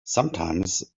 sometimes